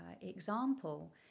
example